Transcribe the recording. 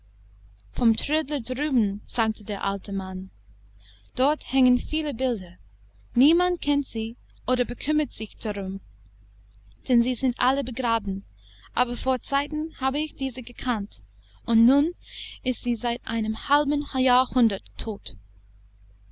vom trödler drüben sagte der alte mann dort hängen viele bilder niemand kennt sie oder bekümmert sich darum denn sie sind alle begraben aber vor zeiten habe ich diese gekannt und nun ist sie seit einem halben jahrhundert tot